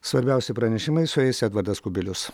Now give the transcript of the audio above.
svarbiausi pranešimai su jais edvardas kubilius